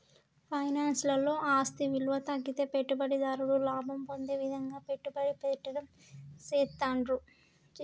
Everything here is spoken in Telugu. ఫైనాన్స్ లలో ఆస్తి విలువ తగ్గితే పెట్టుబడిదారుడు లాభం పొందే విధంగా పెట్టుబడి పెట్టడం చేస్తాండ్రు